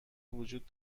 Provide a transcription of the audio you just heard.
وجود